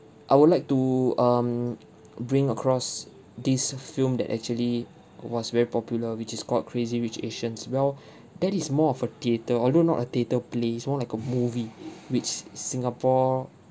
I would like to um bring across this film that actually was very popular which is called crazy rich asians well that is more of a theatre although not a theater play it's more like a movie which singapore